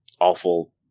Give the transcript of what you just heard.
awful